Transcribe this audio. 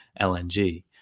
LNG